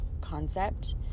concept